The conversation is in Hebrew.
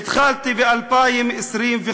התחלתי ב-2025,